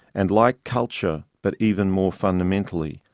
and like culture, but even more fundamentally,